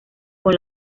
con